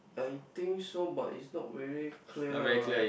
I think so but it's not very clear